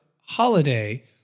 holiday